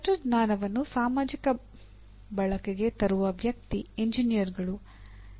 ತಂತ್ರಜ್ಞಾನವನ್ನು ಸಾಮಾಜಿಕ ಬಳಕೆಗೆ ತರುವ ವ್ಯಕ್ತಿ ಎಂಜಿನಿಯರ್ಗಳು